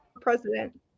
President